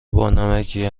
بانمکیه